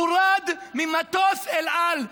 הורד ממטוס אל על,